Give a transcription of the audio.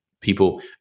people